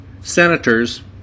senators